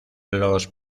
los